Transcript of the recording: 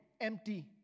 empty